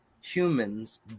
humans